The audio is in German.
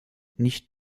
nicht